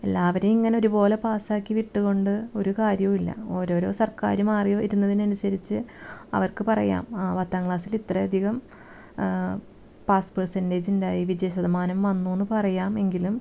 എല്ലാവരെയും ഇങ്ങനെ ഒരുപോലെ പാസ് ആക്കി വിട്ടതുകൊണ്ട് ഒരു കാര്യമില്ല ഓരൊരു സർക്കാർ മാറി വരുന്നതിനനുസരിച്ച് അവർക്ക് പറയാം ആ പത്താം ക്ലാസ്സിൽ ഇത്ര അധികം പാസ് പെർസെൻറ്റേജ് ഉണ്ടായി വിജയ ശതമാനം വന്നു എന്ന് പറയാമെങ്കിലും